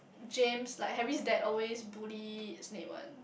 James like Harry's dad always bullies Snape one